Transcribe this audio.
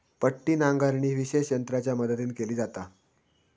पट्टी नांगरणी विशेष यंत्रांच्या मदतीन केली जाता